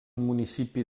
municipi